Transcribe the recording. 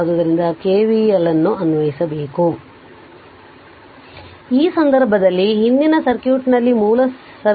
ಆದ್ದರಿಂದ KVL ಅನ್ನು ಅನ್ವಯಿಸಬೇಕು ಆದ್ದರಿಂದ ಈ ಸಂದರ್ಭದಲ್ಲಿ ಹಿಂದಿನ ಸರ್ಕ್ಯೂಟ್ನಲ್ಲಿನ ಮೂಲ ಸರ್ಕ್ಯೂಟ್ನಲ್ಲಿ ಇದು i ಅನ್ನು ನೀಡಲಾಗಿದೆ